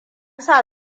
sa